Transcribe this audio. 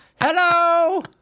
Hello